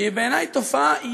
שהיא בעיני תופעה,